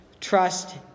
trust